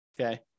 okay